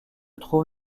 trouve